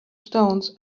stones